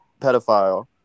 pedophile